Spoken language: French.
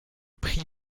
prix